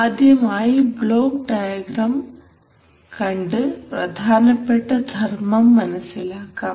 ആദ്യമായി block diagram കണ്ടു പ്രധാനപ്പെട്ട ധർമ്മം മനസ്സിലാക്കാം